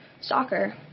soccer